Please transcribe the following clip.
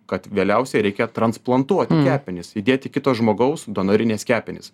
kad vėliausiai reikia transplantuoti kepenis įdėti kito žmogaus donorines kepenis